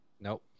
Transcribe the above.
Nope